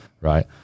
right